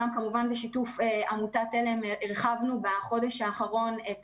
בשיתוף עם עמותת על"ם הרחבנו בחודש האחרון את